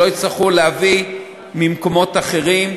שלא יצטרכו להביא ממקומות אחרים,